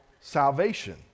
salvation